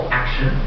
action